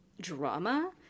drama